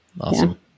awesome